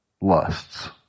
lusts